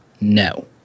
no